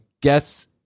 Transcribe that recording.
guess